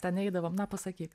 ten eidavom na pasakyk